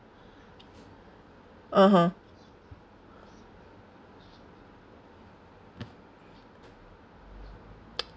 (uh huh)